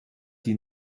die